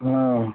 हाँ